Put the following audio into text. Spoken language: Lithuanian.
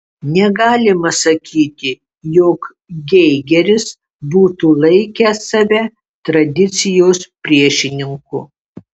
negalima sakyti jog geigeris būtų laikęs save tradicijos priešininku